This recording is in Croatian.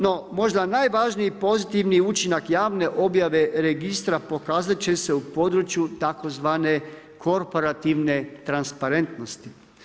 No možda najvažniji pozitivni učinak javne objave registra pokazat će se u području tzv. korporativne transparentnosti.